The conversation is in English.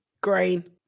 Green